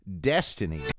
Destiny